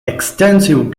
extensive